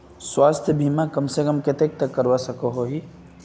स्वास्थ्य बीमा कम से कम कतेक तक करवा सकोहो ही?